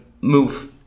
move